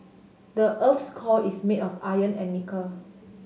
the earth's core is made of iron and nickel